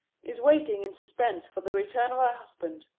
is waiting in suspense for the return of her husband.